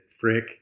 Frick